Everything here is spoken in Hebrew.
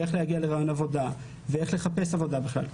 איך להגיע לריאיון עבודה ובכלל איך לחפש עבודה,